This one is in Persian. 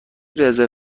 رزرو